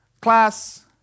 class